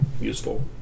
useful